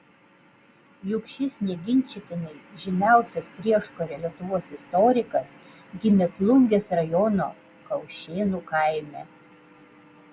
juk šis neginčytinai žymiausias prieškario lietuvos istorikas gimė plungės rajono kaušėnų kaime